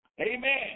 Amen